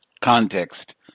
Context